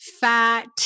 fat